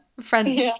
french